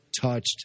touched